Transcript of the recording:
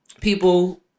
people